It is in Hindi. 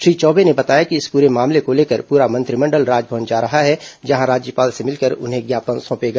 श्री चौबे ने बताया कि इस पूरे मामले को लेकर पूरा मंत्रिमंडल राजभवन जा रहा है जहां राज्यपाल से मिलकर उन्हें ज्ञापन सौंपेगा